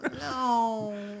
No